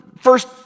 First